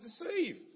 deceive